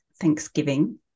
Thanksgiving